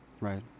Right